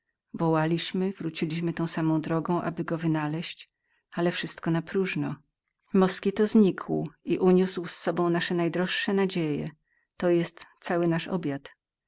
wołaliśmy wróciliśmy tą samą drogą aby go wynaleźć ale wszystko napróżno moskito znikł i uniósł z sobą nasze najdroższe nadzieje to jest cały obiad